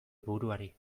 buruari